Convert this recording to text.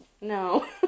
No